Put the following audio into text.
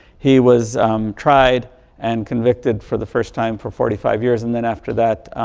he was tried and convicted for the first time for forty five years, and then after that,